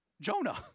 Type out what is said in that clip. Jonah